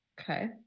Okay